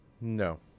No